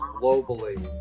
globally